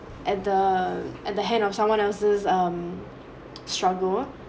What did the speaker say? at the at the hand of someone else's um struggle